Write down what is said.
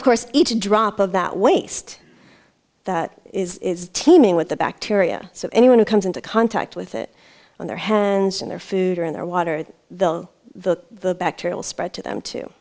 of course each drop of that waste that is teeming with the bacteria so anyone who comes into contact with it on their hands and their food or in their water the bacterial spread to them too